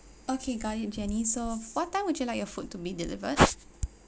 okay got it jenny so what time would you like your food to be delivered